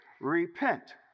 repent